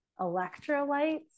electrolytes